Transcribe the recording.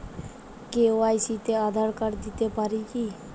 KYC তে Aadhaar card দিতে পারি কি?